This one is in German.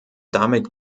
damit